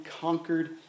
conquered